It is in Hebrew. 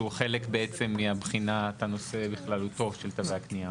חלק בעצם מבחינת הנושא בכללותו של תווי הקניה?